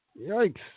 Yikes